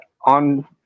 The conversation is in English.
on